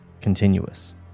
continuous